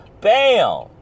Bam